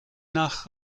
nach